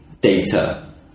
data